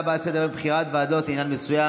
ועדות לעניין מסוים.